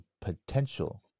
potential